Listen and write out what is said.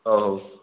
ହଉ